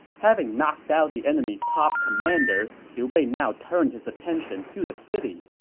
having knocked out the enemy's top commander, liu bei now turned his attention to the city.